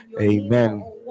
amen